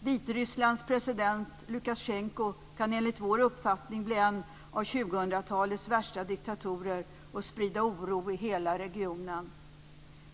Vitrysslands president Lukasjenko kan enligt vår uppfattning bli en av 2000-talets värsta diktatorer och sprida oro i hela regionen.